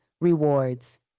rewards